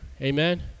Amen